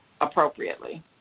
appropriately